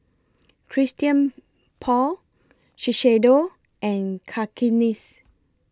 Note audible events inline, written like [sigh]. [noise] Christian Paul Shiseido and Cakenis